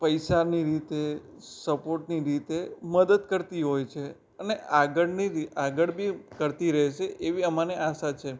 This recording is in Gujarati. પૈસાની રીતે સપોર્ટની રીતે મદદ કરતી હોય છે અને આગળની દી આગળ બી કરતી રહેશે એવી અમને આશા છે